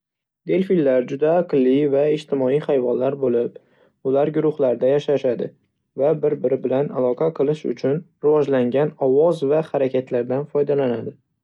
Delfinlar juda aqlli va ijtimoiy hayvonlar bo'lib, ular guruhlarda yashashadi va bir-biri bilan aloqa qilish uchun rivojlangan ovoz va harakatlardan foydalanadi.